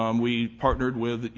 um we partnered with, you